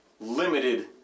limited